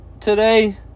today